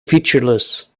featureless